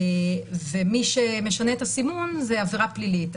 ומי שמשנה את הסימון זו עבירה פלילית.